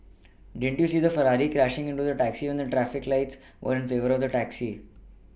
didn't you see the Ferrari crashing into the taxi when the traffic lights were in favour of the taxi